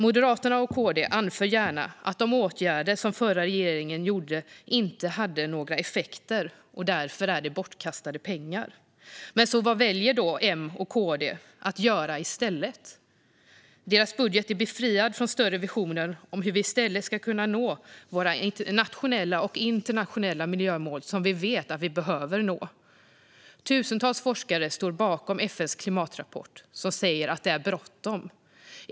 Moderaterna och KD anför gärna att de åtgärder som den förra regeringen vidtog inte hade några effekter, och därför är det bortkastade pengar. Men vad väljer då M och KD att göra i stället? Deras budget är befriad från större visioner om hur vi i stället ska kunna nå våra nationella och internationella miljömål, som vi vet att vi behöver nå. Tusentals forskare står bakom FN:s klimatrapport som säger att det är bråttom.